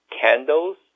candles